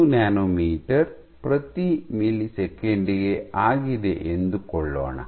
05 nanometre ಪ್ರತಿ ಮಿಲಿಸೆಕೆಂಡಿಗೆ ಆಗಿದೆ ಎಂದುಕೊಳ್ಳೋಣ